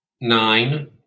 nine